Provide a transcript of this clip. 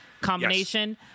Combination